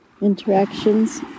interactions